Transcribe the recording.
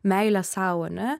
meilę sau ane